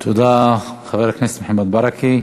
תודה, חבר הכנסת מוחמד ברכה.